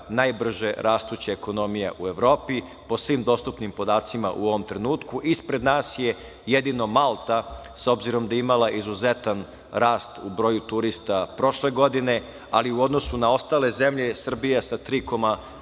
najbrže rastuća ekonomija u Evropi po svim dostupnim podacima u ovom trenutku. Ispred nas je jedino Malta, s obzirom da imala izuzetan rast u broju turista prošle godine, ali u odnosu na ostale zemlje Srbija se sa